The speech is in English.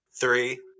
Three